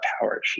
power